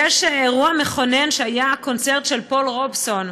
האירוע המכונן היה הקונצרט של פול רובסון,